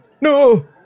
No